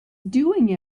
doing